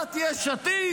לשיטת יש עתיד,